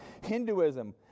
Hinduism